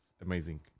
amazing